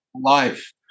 life